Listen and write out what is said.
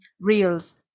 Reels